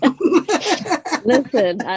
Listen